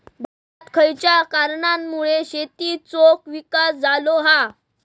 भारतात खयच्या कारणांमुळे शेतीचो विकास झालो हा?